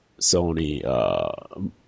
Sony